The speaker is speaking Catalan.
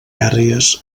àrees